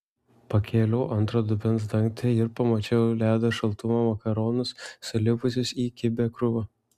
pakėliau antro dubens dangtį ir pamačiau ledo šaltumo makaronus sulipusius į kibią krūvą